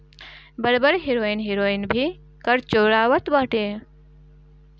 बड़ बड़ hero heroine भी कर चोरावत बाटे